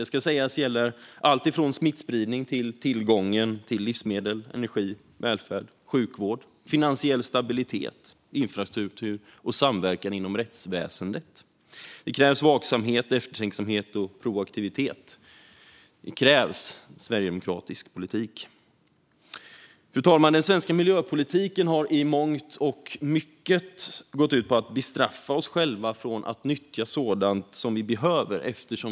Det ska sägas att det gäller alltifrån smittspridning till tillgång till livsmedel, energi, välfärd, sjukvård, finansiell stabilitet, infrastruktur och samverkan inom rättsväsendet. Det krävs vaksamhet, eftertänksamhet och proaktivitet. Det krävs sverigedemokratisk politik. Fru talman! Den svenska miljöpolitiken har i mångt och mycket gått ut på att bestraffa oss själva om vi nyttjar sådant vi behöver.